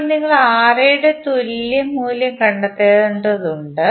ഇപ്പോൾ നിങ്ങൾ Ra യുടെ തുല്യ മൂല്യം കണ്ടെത്തേണ്ടതുണ്ട്